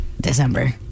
December